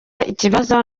ikibazo